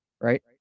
right